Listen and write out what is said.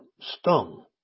stung